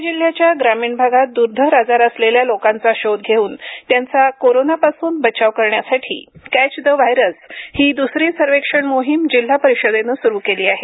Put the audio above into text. पुणे जिल्ह्याच्या ग्रामीण भागात दुर्धर आजार असलेल्या लोकांचा शोध घेऊन त्यांचा कोरोनापासून बचाव करण्यासाठी कॅच द व्हायरस ही दुसरी सर्वेक्षण मोहीम जिल्हा परिषदेनं सुरू केली आहे